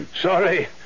sorry